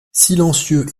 silencieux